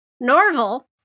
Norval